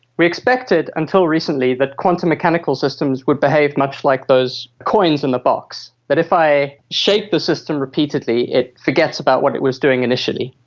we expected, until recently, that quantum mechanical systems would behave much like those coins in the box, that if i shake this system repeatedly it forgets about what it was doing initially.